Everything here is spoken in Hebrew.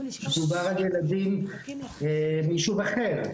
דובר על ילדים מיישוב אחר.